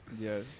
Yes